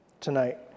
tonight